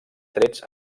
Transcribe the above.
trets